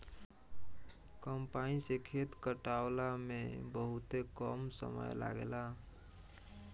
combine से खेत कटावला में बहुते कम समय लागेला